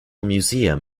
museum